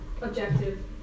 objective